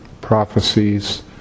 prophecies